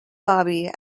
bobby